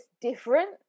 different